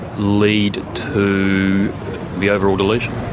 lead to the overall deletion.